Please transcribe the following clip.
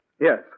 Yes